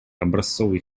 образцовый